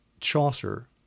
Chaucer